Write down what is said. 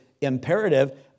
imperative